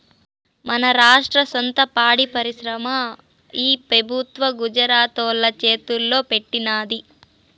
మన రాష్ట్ర సొంత పాడి పరిశ్రమని ఈ పెబుత్వం గుజరాతోల్ల చేతల్లో పెట్టినాది